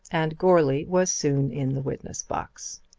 and goarly was soon in the witness-box.